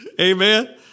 Amen